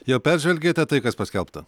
jau peržvelgėte tai kas paskelbta